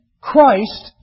Christ